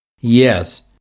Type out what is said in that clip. Yes